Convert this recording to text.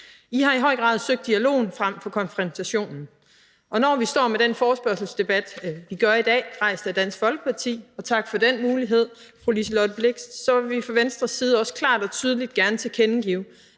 I har i høj grad søgt dialogen frem for konfrontationen. Når vi står med den forespørgselsdebat, vi gør i dag, som er rejst af Dansk Folkeparti – og tak for den mulighed til fru Liselott Blixt – vil vi fra Venstres side gerne klart og tydeligt tilkendegive,